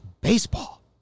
baseball